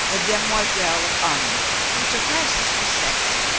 a demoiselle of honor, who sur passes her sex,